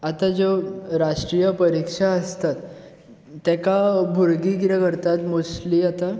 आतां ज्यो राष्ट्रीय परिक्षा आसतात तेका भुरगीं कितें करतात मोस्टली आतां